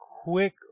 quick